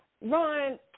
Ron